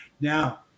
Now